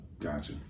Gotcha